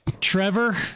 Trevor